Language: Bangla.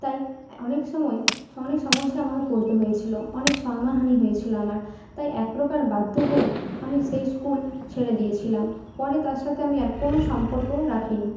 তাই অনেক সময় অনেক সমস্যায় আমাকে পড়তে হয়েছিল অনেক সম্মানহানি হয়েছিল আমার তাই এক প্রকার বাধ্য হয়ে আমি সেই স্কুল ছেড়ে দিয়েছিলাম পরে তার সাথে আমি আর কোনো সম্পর্ক রাখিনি